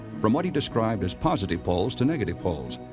from what he described as positive poles to negative poles.